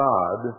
God